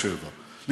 ואני קורא לך,